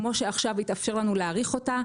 כמו שעכשיו התאפשר לנו להאריך אותה,